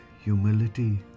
humility